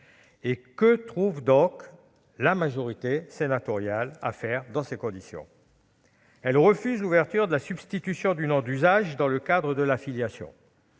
Or que trouve la majorité sénatoriale à faire dans ces conditions ? Elle refuse l'ouverture de la substitution du nom d'usage dans le cadre de la filiation.